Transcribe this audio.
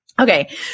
Okay